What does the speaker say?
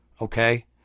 Okay